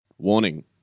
Warning